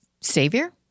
Savior